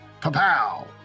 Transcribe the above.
Pa-pow